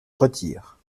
retire